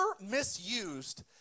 misused